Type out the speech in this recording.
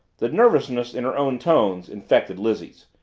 the nervousness in her own tones infected lizzie's.